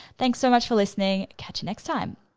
thanks so much for listening, catch you next time.